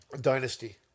Dynasty